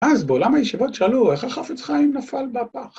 ‫אז בעולם הישיבות שאלו, ‫איך החפץ חיים נפל בפח?